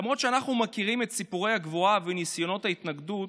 למרות שאנחנו מכירים את סיפורי הגבורה ואת ניסיונות ההתנגדות,